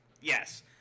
Yes